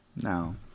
No